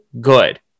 good